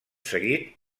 seguit